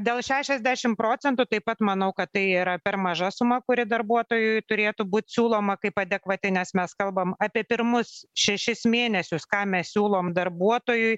dėl šešiasdešim procentų taip pat manau kad tai yra per maža suma kuri darbuotojui turėtų būt siūloma kaip adekvati nes mes kalbam apie pirmus šešis mėnesius ką mes siūlom darbuotojui